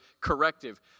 corrective